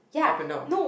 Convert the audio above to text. up and down